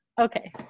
Okay